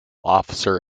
officer